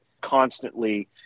constantly